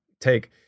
take